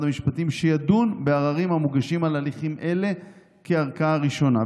המשפטים שידון בעררים המוגשים על הליכים אלה כערכאה ראשונה.